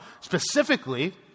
Specifically